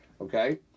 okay